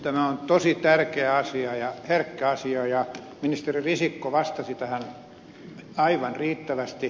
tämä on tosi tärkeä asia ja herkkä asia ja ministeri risikko vastasi tähän aivan riittävästi